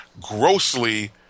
grossly